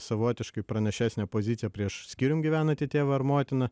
savotiškai pranašesnę poziciją prieš skyrium gyvenantį tėvą ar motiną